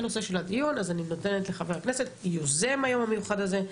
אני נותנת ליוזם היום המיוחד הזה,